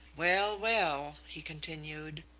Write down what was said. well, well! he continued.